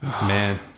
Man